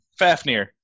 fafnir